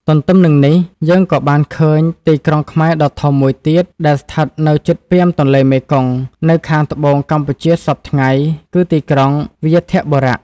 ទន្ទឹមនឹងនេះ យើងក៏បានឃើញ ទីក្រុងខ្មែរដ៏ធំមួយទៀតដែលស្ថិតនៅជិតពាមទន្លេមេគង្គ នៅខាង ត្បូងកម្ពុជាសព្វថ្ងៃគឺទីក្រុង វ្យាធបុរៈ ។